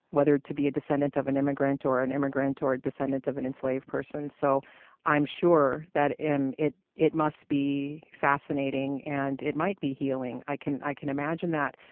whether to be a descendant of an immigrant or an immigrant or a descendant of an enslaved person. so i'm sure that it it must be fascinating, and it might be healing. i can i can imagine that.